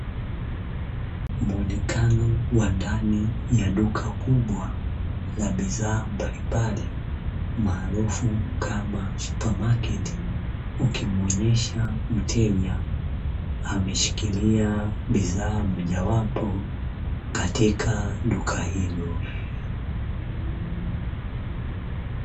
Muonekano wa ndani ya duka kubwa la bidhaa mbalimbali, maarufu kama "Supermarket" ukionyesha mteja ameshika bidhaa mojawapo katika duka hilo.